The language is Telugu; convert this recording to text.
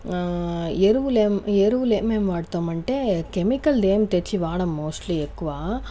ఎరువులు ఎరువులు ఏమేం వాడతామంటే కెమికల్ ఏమి తెచ్చి వాడం మోస్ట్లీ ఎక్కువ